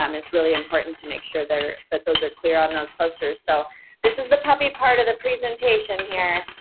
um it's really important to make sure there that those are clear on those those posters. so this is the puppy part of the presentation here.